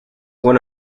one